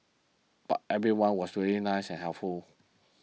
but everyone was really nice and helpful